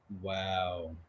Wow